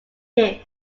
nymph